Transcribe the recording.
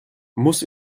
muss